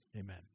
amen